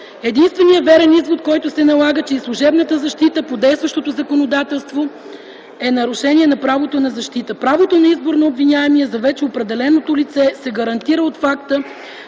единственият верен извод, който се налага, че и служебната защита по действащото законодателство е нарушение на правото на защита. Правото на избор на обвиняемия за вече определеното лице се гарантира от факта,